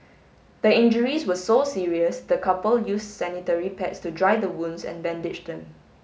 the injuries were so serious the couple use sanitary pads to dry the wounds and bandage them